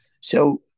So-